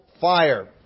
fire